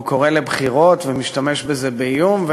הוא קורא לבחירות ומשתמש בזה כאיום.